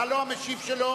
אתה לא המשיב שלו,